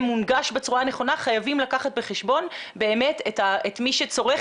מונגש בצורה נכונה חייבים לקחת בחשבון באמת את מי שצורך